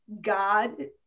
God